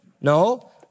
No